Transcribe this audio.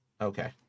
Okay